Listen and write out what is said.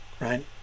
right